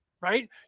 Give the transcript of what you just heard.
right